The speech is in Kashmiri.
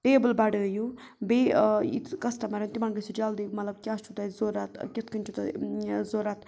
ٹیبٕل بَڑٲیِو بیٚیہِ یہِ سُہ کسٹمَرَن تِمَن گٔژھِو جلدی مطلب کیٛاہ چھُ تۄہہِ ضرورت کِتھ کٔنۍ چھُ تۄہہِ ضرورَت